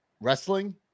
wrestling